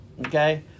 Okay